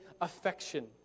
affection